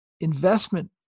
investment